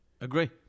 Agree